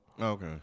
Okay